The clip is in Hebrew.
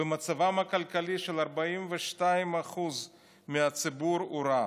ומצבם הכלכלי של 42% מהציבור הורע.